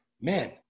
man